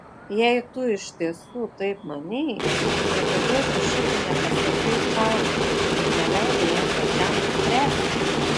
jei tu iš tiesų taip manei tai kodėl tu šito nepasakei čarlzui ir neleidai jam pačiam nuspręsti